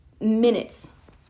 Minutes